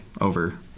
over